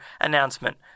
announcement